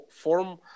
form